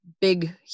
big